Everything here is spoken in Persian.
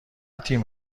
تیم